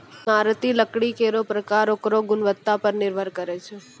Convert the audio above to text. इमारती लकड़ी केरो परकार ओकरो गुणवत्ता पर निर्भर करै छै